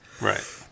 Right